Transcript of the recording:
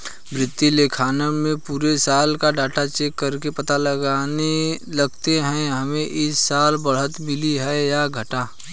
वित्तीय लेखांकन में पुरे साल का डाटा चेक करके पता लगाते है हमे इस साल बढ़त मिली है या घाटा